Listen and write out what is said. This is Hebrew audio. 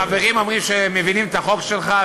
החברים אומרים שהם מבינים את החוק שלך,